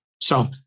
So-